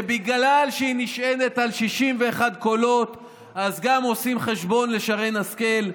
שבגלל שהיא נשענת על 61 קולות אז גם עושים חשבון לשרן השכל.